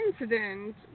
incident